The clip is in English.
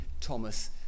Thomas